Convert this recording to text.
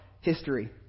history